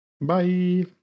Bye